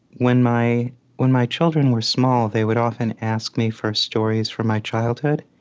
when my when my children were small, they would often ask me for stories from my childhood,